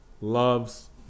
loves